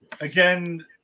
again